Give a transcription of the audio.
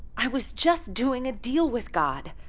i was just doing a deal with god.